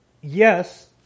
yes